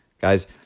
Guys